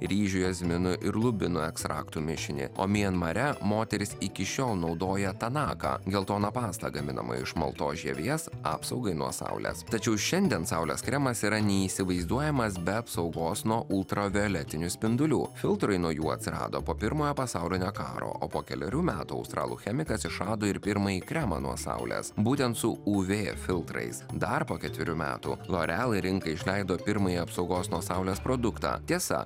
ryžių jazminų ir lubinų ekstraktų mišinį o mianmare moterys iki šiol naudoja tanaką geltoną pastą gaminamą iš maltos žievės apsaugai nuo saulės tačiau šiandien saulės kremas yra neįsivaizduojamas be apsaugos nuo ultravioletinių spindulių filtrai nuo jų atsirado po pirmojo pasaulinio karo o po kelerių metų australų chemikas išrado ir pirmąjį kremą nuo saulės būtent su uv filtrais dar po ketverių metų loreal į rinką išleido pirmąjį apsaugos nuo saulės produktą tiesa